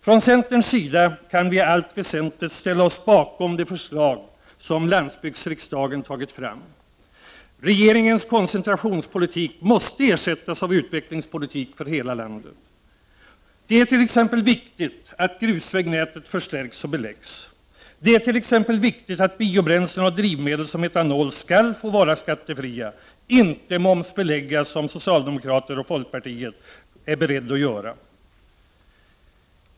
Från centerns sida kan vi i allt väsentligt ställa oss bakom det förslag som landsbygdsriksdagen har tagit fram. Regeringens koncentrationspolitik måste ersättas av utvecklingspolitik för hela landet. Det är t.ex. viktigt att grusvägnätet förstärks och beläggs. Det är viktigt att biobränslen och drivmedel som etanol skall få vara skattefria och inte momsbeläggas, som socialdemokraterna och folkpartiet är beredda att göra.